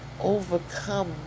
overcome